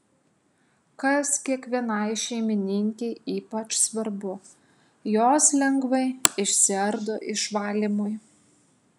kas kiekvienai šeimininkei ypač svarbu jos lengvai išsiardo išvalymui